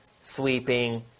sweeping